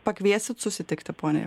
pakviesite susitikti ponią